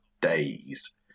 days